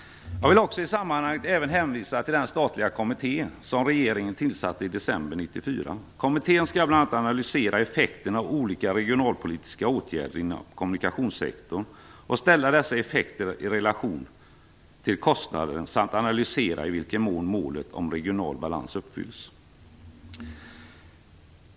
Jag vill i sammanhanget också hänvisa till den statliga kommitté som regeringen tillsatte i december 1994. Kommittén skall bl.a. analysera effekten av olika regionalpolitiska åtgärder inom kommunikationssektorn och ställa dessa effekter i relation till kostnaden samt analysera i vilken mån målet om regional balans uppfylls.